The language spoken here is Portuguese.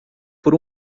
por